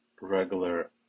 regular